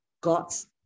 God's